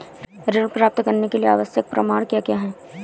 ऋण प्राप्त करने के लिए आवश्यक प्रमाण क्या क्या हैं?